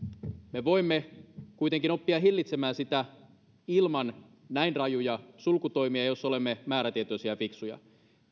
me voimme kuitenkin oppia hillitsemään sitä ilman näin rajuja sulkutoimia jos olemme määrätietoisia ja fiksuja